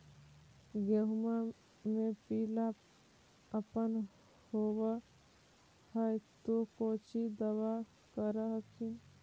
गोहुमा मे पिला अपन होबै ह तो कौची दबा कर हखिन?